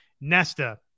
Nesta